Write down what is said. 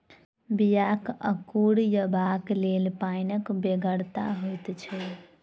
बियाक अंकुरयबाक लेल पाइनक बेगरता होइत छै